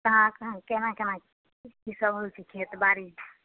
कहाँ कहाँ कोना कोना कि सब होइ छै खेतीबाड़ी